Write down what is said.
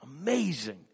Amazing